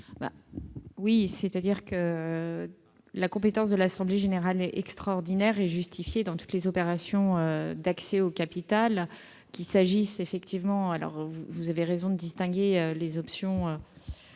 du Gouvernement ? La compétence de l'assemblée générale extraordinaire est justifiée dans toutes les opérations d'accès au capital. Vous avez raison de distinguer les attributions